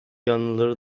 yanlıları